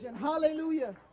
hallelujah